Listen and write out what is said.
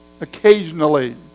occasionally